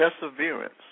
perseverance